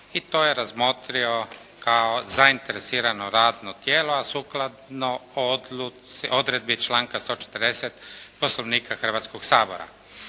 i to je razmotrio kao zainteresirano radno tijelo, a sukladno odredbi članka 140. Poslovnika Hrvatskog sabora.